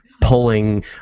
pulling